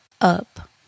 up